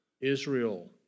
Israel